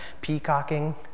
peacocking